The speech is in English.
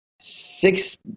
six